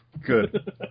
Good